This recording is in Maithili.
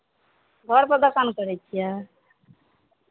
घरपर दोकान करै छियै